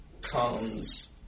comes